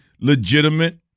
legitimate